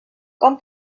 com